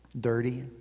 Dirty